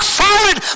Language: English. solid